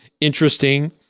interesting